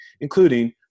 including